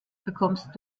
bekommst